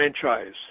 franchise